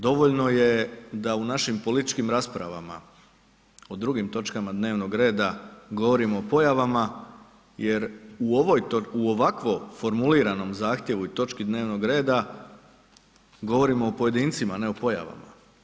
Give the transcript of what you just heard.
Dovoljno je da u našim političkim raspravama o drugim točkama dnevnog reda govorimo o pojavama jer u ovakvom formuliranom zahtjevu i točki dnevnog reda, govorimo o pojedincima, ne o pojavama.